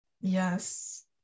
Yes